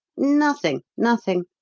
nothing nothing.